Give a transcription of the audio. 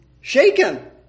shaken